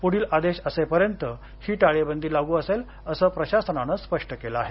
पुढील आदेश असेपर्यंत ही टाळेबंदी लागू असेल असं प्रशासनानं स्पष्ट केलं आहे